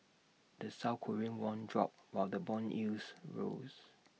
the south Korean won dropped while the Bond yields rose